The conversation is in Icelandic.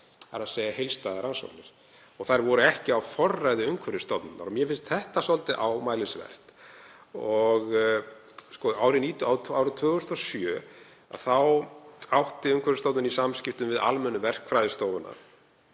svæðinu, þ.e. heildstæðar rannsóknir. Þær voru ekki á forræði Umhverfisstofnunar. Mér finnst þetta svolítið ámælisvert. Árið 2007 átti Umhverfisstofnun í samskiptum við Almennu verkfræðistofuna